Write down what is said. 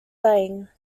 liang